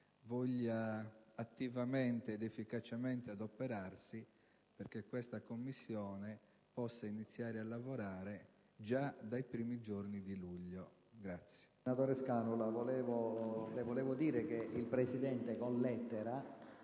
voglia attivamente ed efficacemente adoperarsi perché questa Commissione possa iniziare a lavorare già dai primi giorni di luglio.